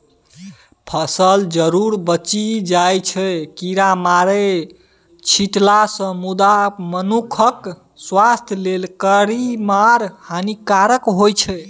फसल जरुर बचि जाइ छै कीरामार छीटलासँ मुदा मनुखक स्वास्थ्य लेल कीरामार हानिकारक होइ छै